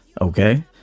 Okay